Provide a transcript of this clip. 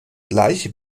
gleiche